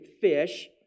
fish